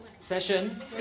session